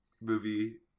movie